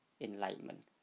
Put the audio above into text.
enlightenment